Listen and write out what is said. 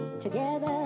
together